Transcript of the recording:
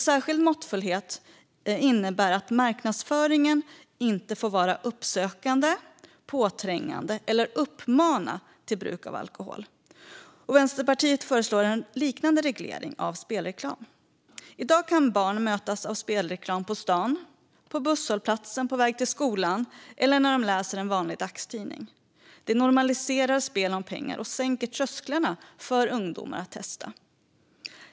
Särskild måttfullhet innebär att marknadsföringen inte får vara uppsökande, påträngande eller uppmana till bruk av alkohol. Vänsterpartiet föreslår en liknande reglering av spelreklam. I dag kan barn mötas av spelreklam på stan, vid busshållplatsen på väg till skolan och när de läser en vanlig dagstidning. Detta normaliserar spel om pengar och sänker trösklarna för ungdomar att testa.